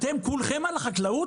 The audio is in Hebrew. אתם כולכם על החקלאות?